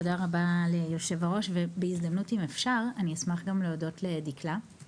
תודה רבה ליו"ר ובהזדמנות אם אפשר אני אשמח להודות גם לדקלה,